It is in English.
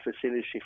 facility